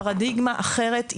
פרדיגמה אחרת,